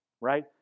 right